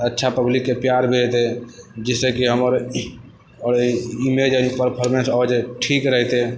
अच्छा पब्लिकके प्यार भी एतै जिससे कि हमर इमेज आओर परफार्मेंस ओ जे ठीक रहे छै